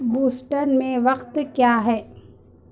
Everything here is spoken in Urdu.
بوسٹن میں وقت کیا ہے